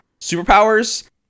Superpowers